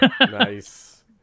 Nice